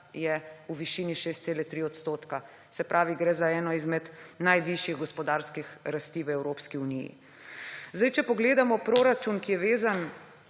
je v višini 6,3 %, se pravi, gre za eno izmed najvišjih gospodarskih rasti v Evropski uniji. Če pogledamo proračun, ki je vezan